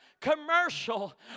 commercial